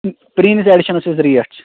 پرٚٲنس editions یۄس rate چھِ